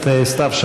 צריך,